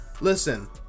listen